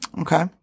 Okay